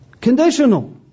Conditional